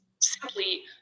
simply